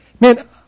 Man